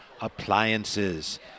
appliances